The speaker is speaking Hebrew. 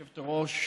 היושבת-ראש.